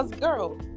girl